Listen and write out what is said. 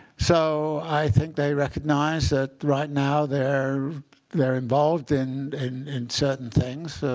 so i think they recognize that right now they're they're involved in in certain things.